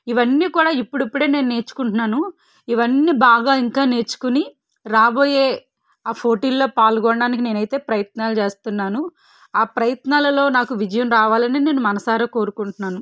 ఇవన్నీ కూడా ఇప్పుడిప్పుడే నేను నేర్చుకుంటున్నాను ఇవన్నీ బాగా ఇంకా నేర్చుకుని రాబోయే ఆ పోటీల్లో పాల్గొనడానికి నేనైతే ప్రయత్నాలు చేస్తున్నాను ఆ ప్రయత్నాలలో నాకు విజయం రావాలని నేను మనసారా కోరుకుంటున్నాను